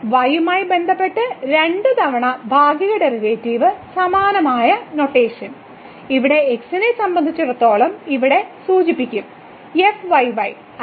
y യുമായി ബന്ധപ്പെട്ട് രണ്ട് തവണ ഭാഗിക ഡെറിവേറ്റീവിന് സമാനമായ നൊട്ടേഷൻ ഇവിടെ x നെ സംബന്ധിച്ചിടത്തോളം ഇവിടെ സൂചിപ്പിക്കും fyy അല്ലെങ്കിൽ